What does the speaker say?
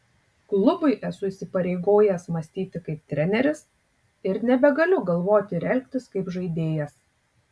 klubui esu įsipareigojęs mąstyti kaip treneris ir nebegaliu galvoti ir elgtis kaip žaidėjas